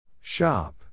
Shop